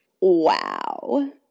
Wow